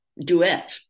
duet